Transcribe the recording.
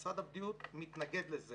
משרד הבריאות מתנגד לזה